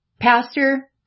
pastor